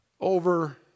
over